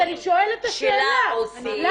שלה עושים --- אז אני שואלת את השאלה,